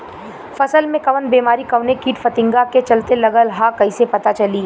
फसल में कवन बेमारी कवने कीट फतिंगा के चलते लगल ह कइसे पता चली?